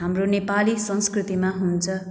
हाम्रो नेपाली संस्कृतिमा हुन्छ